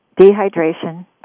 Dehydration